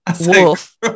Wolf